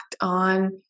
on